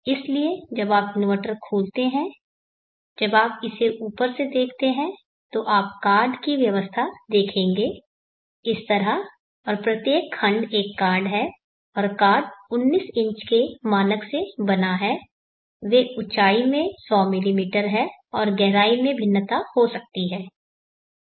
इसलिए जब आप इन्वर्टर खोलते हैं जब आप इसे ऊपर से देखते हैं तो आप कार्ड की व्यवस्था देखेंगे इस तरह और प्रत्येक खंड एक कार्ड है और कार्ड 19 इंच के मानक से बना है वे ऊंचाई में 100 मिमी हैं और गहराई में भिन्नता हो सकती है